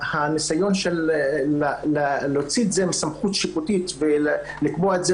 הניסיון להוציא את זה מסמכות שיפוטית ולקבוע את זה